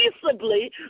peaceably